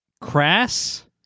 crass